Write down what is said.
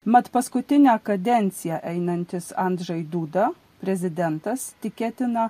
mat paskutinę kadenciją einantis andžej dūda prezidentas tikėtina